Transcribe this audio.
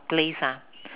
place ah